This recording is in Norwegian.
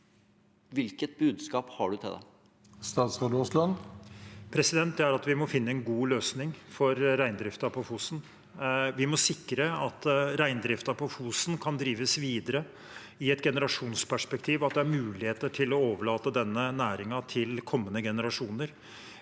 Hvilket budskap har statsråden til dem? Statsråd Terje Aasland Det er at vi må finne en god løsning for reindriften på Fosen. Vi må sikre at reindriften på Fosen kan drives videre i et generasjonsperspektiv, at det er muligheter til å overlate denne næringen til kommende generasjoner,